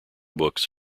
books